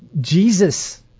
Jesus